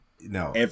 No